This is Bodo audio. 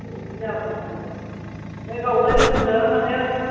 बिदि जागोन आरो ओमफ्राय गावलाय होन्दों माने